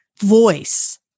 voice